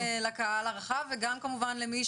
גם באמת לקהל הרחב, וגם באמת למי